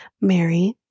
Mary